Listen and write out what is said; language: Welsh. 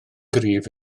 gryf